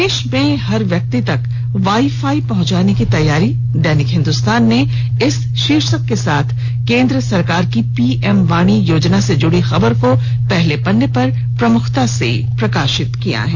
देश में हर व्यक्ति तक वाई फाई पहंचाने की तैयारी दैनिक हिंदस्तान ने इस शीर्षक के साथ केन्द्र सरकार की पीएम वाणी योजना से जुड़ी खबर को पहले पन्ने पर प्रमुखता से प्रकाशित किया है